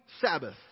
Sabbath